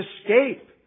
escape